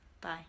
bye